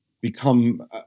become